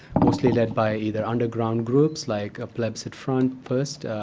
mostly led by either underground groups like plebiscite front first,